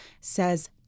says